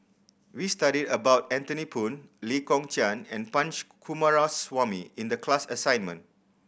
we studied about Anthony Poon Lee Kong Chian and Punch Coomaraswamy in the class assignment